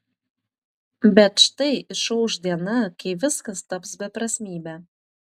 bet štai išauš diena kai viskas taps beprasmybe